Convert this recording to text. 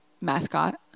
mascot